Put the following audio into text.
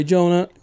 Jonah